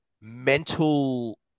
mental